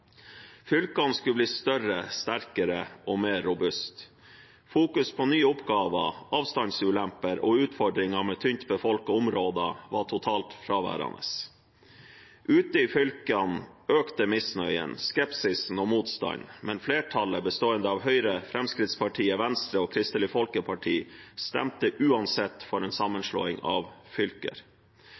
Fylkene skulle bli større, sterkere og mer robuste. Fokusering på nye oppgaver, avstandsulemper og utfordringer med tynt befolkede områder var totalt fraværende. Ute i fylkene økte misnøyen, skepsisen og motstanden, men flertallet, bestående av Høyre, Fremskrittspartiet, Venstre og Kristelig Folkeparti, stemte uansett for en sammenslåing av fylker.